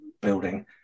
building